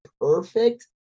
perfect